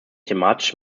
thematisch